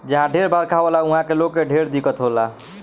जहा ढेर बरखा होला उहा के लोग के ढेर दिक्कत होला